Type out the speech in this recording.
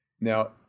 Now